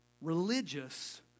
Religious